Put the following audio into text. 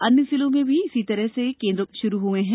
अन्य जिलों में भी में इसी तरह के केंद्र शुरू हुए हैं